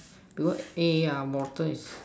because A ah water is